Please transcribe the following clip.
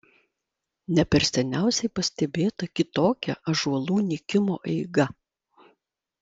ne per seniausiai pastebėta kitokia ąžuolų nykimo eiga